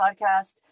podcast